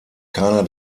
keiner